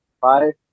five